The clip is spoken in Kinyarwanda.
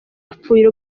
yapfuye